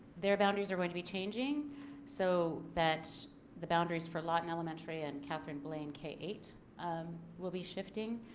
their boundaries are going to be changing so that the boundaries for lawton elementary and catherine blaine k eight um will be shifting.